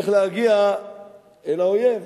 יחפש איך להגיע אל האויב,